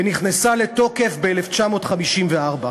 ונכנסה לתוקף ב-1954.